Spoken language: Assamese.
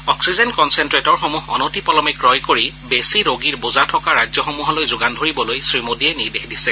অপ্সিজেন কনছেনট্ৰেটৰসমূহ অনতিপলমে ক্ৰয় কৰি বেছি ৰোগীৰ বোজা থকা ৰাজ্যসমূহলৈ যোগান ধৰিবলৈ শ্ৰীমোদীয়ে নিৰ্দেশ দিছে